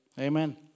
Amen